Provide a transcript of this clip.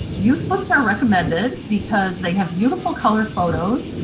youth books are recommended because they have beautiful color photos,